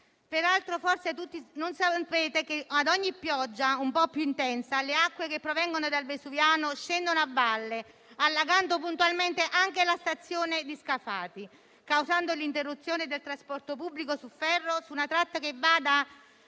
Peraltro, forse non tutti sapete che, a ogni pioggia un po' più intensa, le acque che provengono dal vesuviano scendono a valle, allagando puntualmente anche la stazione di Scafati e causando l'interruzione del trasporto pubblico su ferro in una tratta che va da